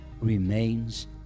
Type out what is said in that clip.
remains